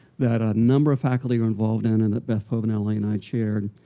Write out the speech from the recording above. that a number of faculty were involved in and at beth povinelli and i chaired.